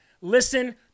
listen